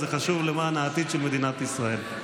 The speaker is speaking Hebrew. זה חשוב למען העתיד של מדינת ישראל.